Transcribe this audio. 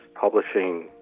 publishing